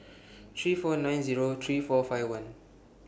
three four nine Zero three four five one